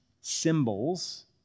symbols